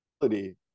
ability